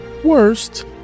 Worst